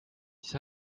siis